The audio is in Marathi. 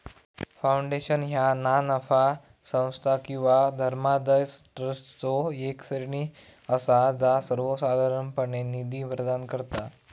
फाउंडेशन ह्या ना नफा संस्था किंवा धर्मादाय ट्रस्टचो येक श्रेणी असा जा सर्वोसाधारणपणे निधी प्रदान करता